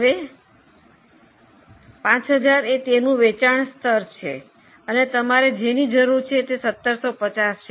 હવે 5000 એ તેનું વેચાણ સ્તર છે અને તમારે જેની જરૂર છે તે 1750 છે